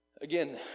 again